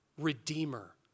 redeemer